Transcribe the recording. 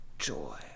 joy